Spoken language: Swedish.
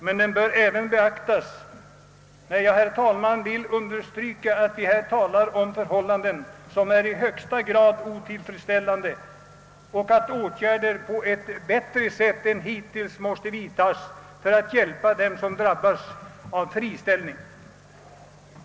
Det bör dock även beaktas när jag, herr talman, understryker att dessa förhållanden är i högsta grad otillfredsställande och att effektivare åtgärder än hittills måste vidtagas för att hjälpa dem som drabbats av friställning.